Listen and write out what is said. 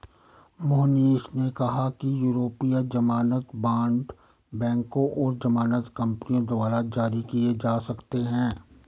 मोहनीश ने कहा कि यूरोपीय ज़मानत बॉण्ड बैंकों और ज़मानत कंपनियों द्वारा जारी किए जा सकते हैं